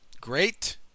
great